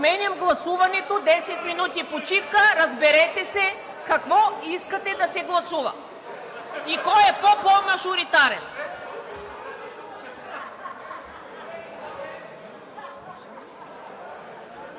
Отменям гласуването – десет минути почивка. Разберете се какво искате да се гласува и кой е по-по-мажоритарен.